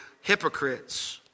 hypocrites